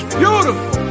beautiful